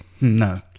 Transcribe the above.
No